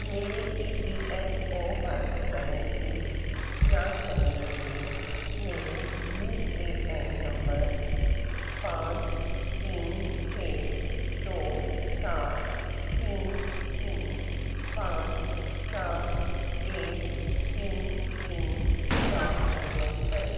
मेरे E P F O passbook balance की जाँच करने के लिए मेरे यू ए एन नंबर पाँच तीन छः दो सात तीन तीन पाँच सात एक तीन तीन का उपयोग करें